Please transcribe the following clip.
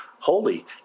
holy